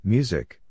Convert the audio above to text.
Music